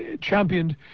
championed